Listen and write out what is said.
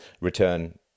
return